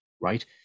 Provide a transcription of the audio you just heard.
Right